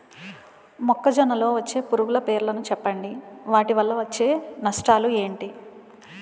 మొక్కజొన్న లో వచ్చే పురుగుల పేర్లను చెప్పండి? వాటి వల్ల నష్టాలు ఎంటి?